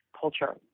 culture